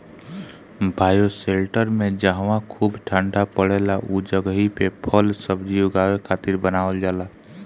bioshelter में जहवा खूब ठण्डा पड़ेला उ जगही पे फल सब्जी उगावे खातिर बनावल जाला